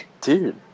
Dude